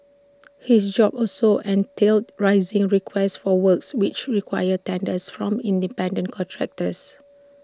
his job also entailed raising requests for works which required tenders from independent contractors